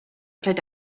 upside